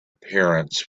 appearance